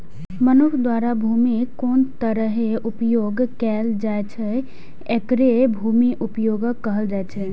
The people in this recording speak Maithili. मनुक्ख द्वारा भूमिक कोन तरहें उपयोग कैल जाइ छै, एकरे भूमि उपयोगक कहल जाइ छै